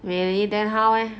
really then how eh